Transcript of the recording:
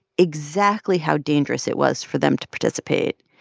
exactly how dangerous it was for them to participate.